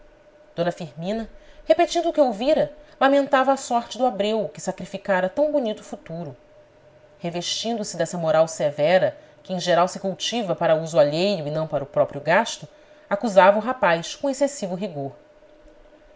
d firmina repetindo o que ouvira lamentava a sorte do abreu que sacrificara tão bonito futuro revestindo se dessa moral severa que em geral se cultiva para uso alheio e não para o próprio gasto acusava o rapaz com excessivo rigor